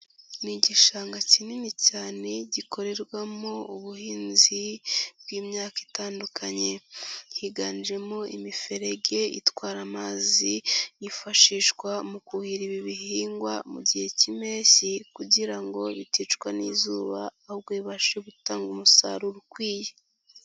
Ni igishanga kinini cyane gikorerwamo ubuhinzi bw'imyaka itandukanye, higanjemo imiferege itwara amazi yifashishwa mu kuhira ibi bihingwa mu gihe k'impeshyi kugira ngo biticwa n'izuba ahubwo bibashe gutanga umusaruro ukwiye.